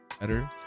better